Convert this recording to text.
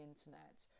internet